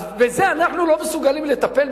אז בזה אנחנו לא מסוגלים לטפל?